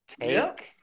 Take